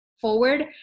forward